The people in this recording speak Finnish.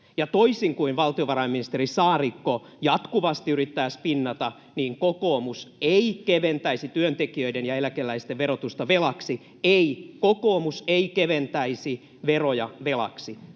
toisin kuin valtiovarainministeri Saarikko jatkuvasti yrittää spinnata, kokoomus ei keventäisi työntekijöiden ja eläkeläisten verotusta velaksi — ei: kokoomus ei keventäisi veroja velaksi.